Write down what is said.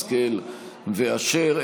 השכל ואשר,